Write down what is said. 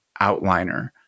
outliner